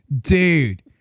Dude